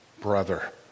brother